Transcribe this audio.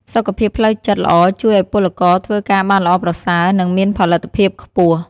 សុខភាពផ្លូវចិត្តល្អជួយឲ្យពលករធ្វើការបានល្អប្រសើរ និងមានផលិតភាពខ្ពស់។